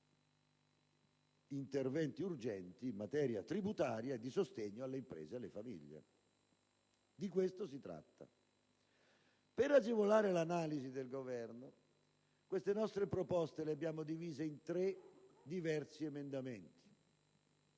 Per agevolare l'analisi del Governo, queste nostre proposte le abbiamo divise in tre diversi emendamenti.